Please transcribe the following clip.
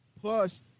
Plus